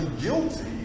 guilty